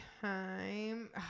time